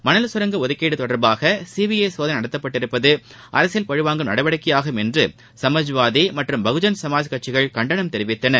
மணல் கரங்க ஒதுக்கீடு தொடர்பாக சிபிஐ சோதனை நடத்தப்பட்டிருப்பது அரசியல் பழிவாங்கும் நடவடிக்கையாகும் என்று சமாத்வாதி மற்றும் பகுஜன் சமாத் கட்சிகள் கண்டனம் தெரிவித்தன